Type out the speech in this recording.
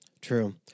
true